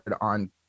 on